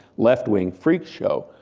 left-wing freak show.